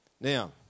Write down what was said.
Now